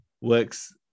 works